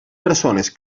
persones